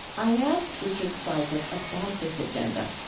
i asked richard cizik about this agenda